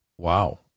Wow